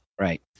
Right